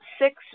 six